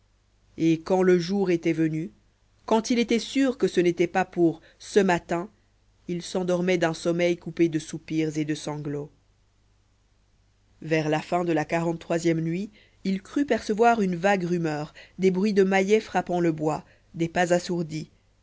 et quand le jour était venu quand il était sûr que ce n'était pas pour ce matin il s'endormait d'un sommeil coupé de soupirs et de sanglots vers la fin de la quarante troisième nuit il crut percevoir une vague rumeur des bruits de maillet frappant le bois des pas assourdis